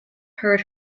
heard